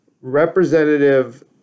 Representative